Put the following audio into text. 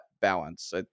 balance